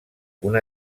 una